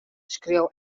skriuw